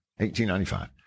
1895